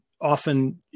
often